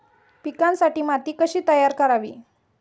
पिकांसाठी माती कशी तयार करावी?